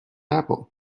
apple